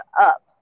up